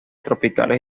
tropicales